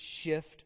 shift